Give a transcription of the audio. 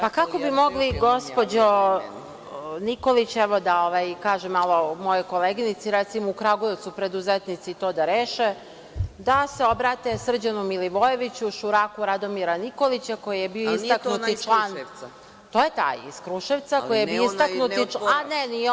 Pa, kako bi mogli gospođo Nikolić, evo da kažem malo mojoj koleginici, recimo u Kragujevcu preduzetnici to da reše, da se obrate Srđanu Milivojeviću, šuraku Radomira Nikolića koji je bio istaknuti član… (Vjerica Radeta: Koji Srđan Milivojević?